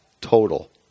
total